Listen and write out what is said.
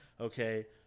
Okay